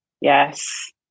Yes